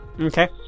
Okay